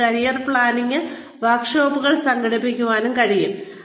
അവർക്ക് career planning വർക്ക്ഷോപ്പുകൾ സംഘടിപ്പിക്കാനും കഴിയും